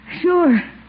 sure